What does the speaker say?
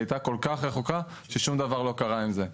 הייתה כל כך רחוקה ששום דבר לא קרה עם זה.